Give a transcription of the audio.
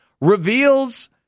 reveals